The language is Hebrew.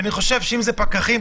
אם זה פקחים,